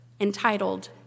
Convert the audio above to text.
Entitled